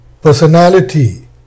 personality